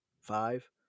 Five